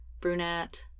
Brunette